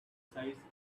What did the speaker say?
size